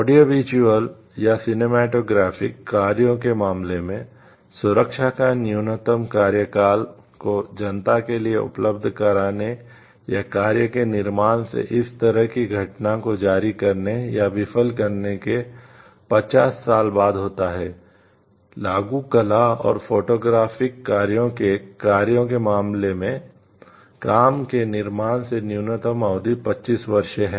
audio visual कार्यों के कार्यों के मामले में काम के निर्माण से न्यूनतम अवधि 25 वर्ष है